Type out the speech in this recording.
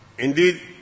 Indeed